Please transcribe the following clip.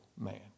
man